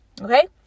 Okay